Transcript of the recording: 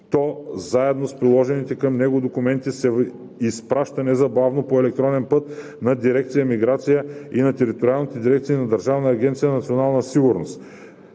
то, заедно с приложените към него документи, се изпраща незабавно по електронен път на дирекция „Миграция“ и на